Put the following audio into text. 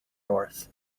north